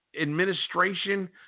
administration